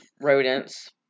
rodents